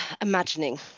imagining